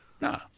No